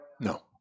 No